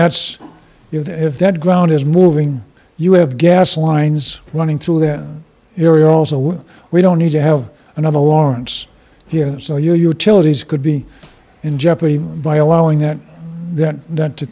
ground is moving you have gas lines running through that area also well we don't need to have another lowrance here so your utilities could be in jeopardy by allowing that then that to